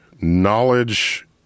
knowledge-